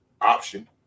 option